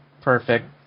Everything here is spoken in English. perfect